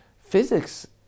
physics